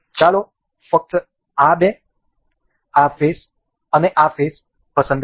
ચાલો ફક્ત આ બે આ ફેસ અને આ ફેસ પસંદ કરીએ